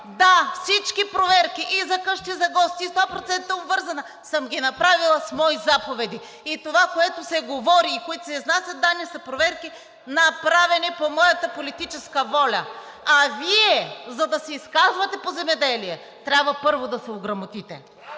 Да, всички проверки – и за къщи за гости, и за 2% обвързана, съм ги направила с мои заповеди. Това, за което се говори и се изнасят данни, са проверки, направени по моята политическа воля. А Вие, за да се изказвате по земеделие, трябва първо да се ограмотите.